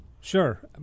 Sure